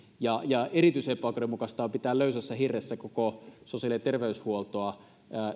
ja ja erityisen epäoikeudenmukaista on pitää löysässä hirressä koko sosiaali ja terveyshuoltoa